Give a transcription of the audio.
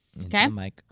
Okay